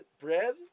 bread